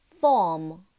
Form